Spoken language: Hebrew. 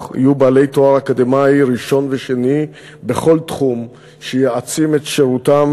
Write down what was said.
יהיו בעלי תואר אקדמי ראשון ושני בכל תחום שיעצים את שירותם